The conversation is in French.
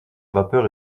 vapeur